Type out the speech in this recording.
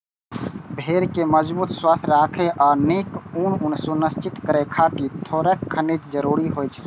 भेड़ कें मजबूत, स्वस्थ राखै आ नीक ऊन सुनिश्चित करै खातिर थोड़ेक खनिज जरूरी होइ छै